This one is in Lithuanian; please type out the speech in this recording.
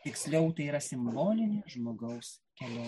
tiksliau tai yra simbolinė žmogaus kelionė